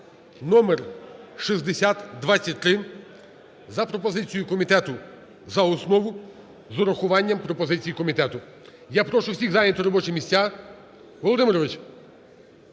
(№ 6023) за пропозицією комітету за основу, з урахуванням пропозицій комітету. Я прошу всіх зайняти робочі місця, Володимирович,